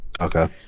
Okay